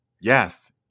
yes